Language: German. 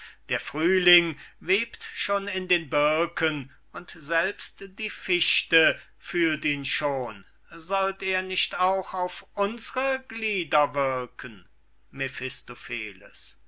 der frühling webt schon in den birken und selbst die fichte fühlt ihn schon sollt er nicht auch auf unsre glieder wirken